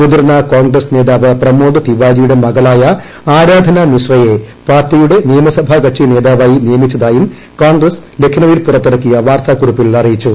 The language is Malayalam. മുതിർന്ന കോൺഗ്രസ് നേതാവ് പ്രമോദ് തിവാരിയുടെ മകളായ ആരാധനാ മിശ്രയെ പാർട്ടിയുടെ നിയമസഭാകക്ഷി നേതാവായി നിയമിച്ചതായും കോൺഗ്രസ് ലഖ്നൌവിൽ പുറത്തിറക്കിയ വാർത്താക്കുറിപ്പിൽ അറിയിച്ചു